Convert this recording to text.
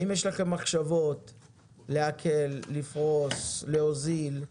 האם יש לכם מחשבות להקל, לפרוס, להוזיל,